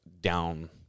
down